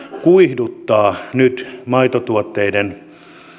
kuihduttaa nyt maitotuotteiden